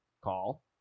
call